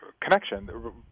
connection